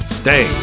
stay